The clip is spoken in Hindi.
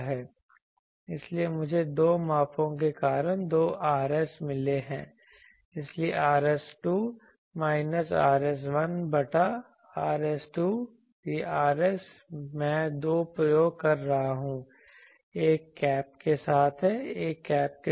इसलिए मुझे दो मापों के कारण दो Rs मिले हैं इसलिए Rs2 माइनस Rs1 बटा Rs2 ये Rs मैं दो प्रयोग कर रहा हूं एक कैप के साथ है एक कैप के बिना